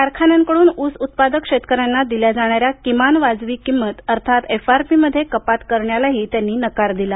कारखान्यांकडून ऊस उत्पादक शेतकऱ्यांना दिल्या जाणाऱ्या किमान वाजवी किंमत अर्थात एफ आर पी मध्ये कपात करण्यालाही त्यांनी नकार दिला